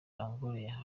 longoria